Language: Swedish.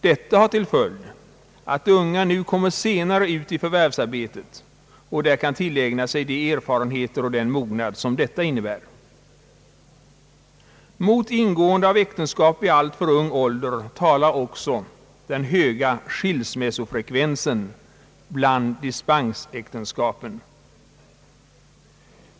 Detta har till följd att de unga nu kommer senare ut i förvärvsarbetet och där kan tillägna sig de erfarenheter och den mognad som detta innebär. Mot ingående av äktenskap vid alltför ung ålder talar också den höga skilsmässofrekvensen bland dispensäktenskapen.